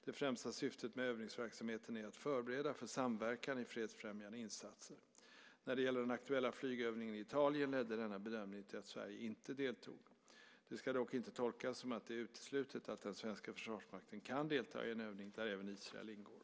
Det främsta syftet med övningsverksamheten är att förbereda för samverkan i fredsfrämjande insatser. När det gäller den aktuella flygövningen i Italien ledde denna bedömning till att Sverige inte deltog. Det ska dock inte tolkas som att det är uteslutet att den svenska försvarsmakten kan delta i en övning där även Israel ingår.